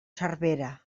servera